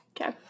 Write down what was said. Okay